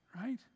right